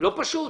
לא פשוט.